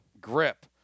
grip